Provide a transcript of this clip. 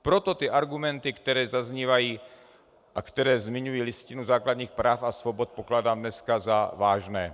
Proto ty argumenty, které zaznívají a které zmiňují Listinu základních práv a svobod, pokládám dneska za vážné.